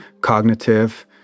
cognitive